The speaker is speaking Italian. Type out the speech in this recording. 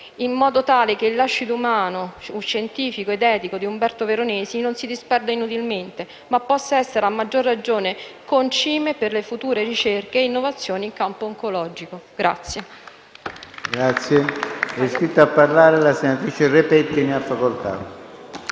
in modo tale che il lascito umano, scientifico ed etico di Umberto Veronesi non si disperda inutilmente, ma possa essere a maggior ragione concime per le future ricerche e innovazioni in campo oncologico.